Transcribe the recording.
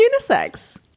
unisex